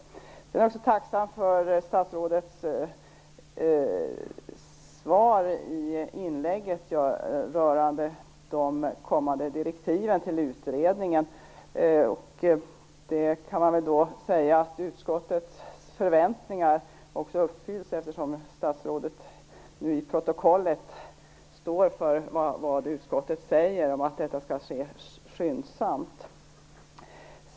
Jag är också tacksam för statsrådets svar i inlägget rörande de kommande direktiven till utredningen. Man kan säga att utskottets förväntningar uppfylls, eftersom statsrådet nu i protokollet står för det som utskottet säger om att detta skall ske skyndsamt.